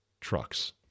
trucks